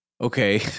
okay